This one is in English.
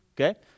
Okay